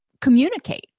communicate